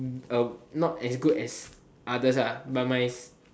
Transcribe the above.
uh not as good as others ah but my